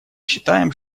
считаем